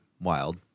wild